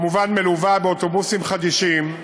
כמובן, מלווה באוטובוסים חדישים,